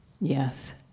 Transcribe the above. Yes